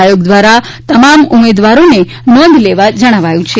આયોગ દ્વારા તમામ ઉમેદવારોને નોંધ લેવા જણાવાયું છે